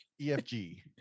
EFG